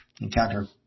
encounter